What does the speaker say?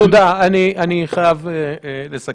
אני רוצה להתייחס לנתונים